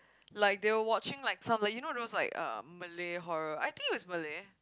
like they were watching like some like you know those like Malay horror I think it was Malay